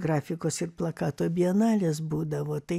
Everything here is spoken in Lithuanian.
grafikos ir plakato bienalės būdavo tai